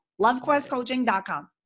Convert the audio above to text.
LoveQuestCoaching.com